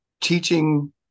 teaching